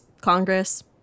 Congress